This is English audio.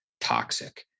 toxic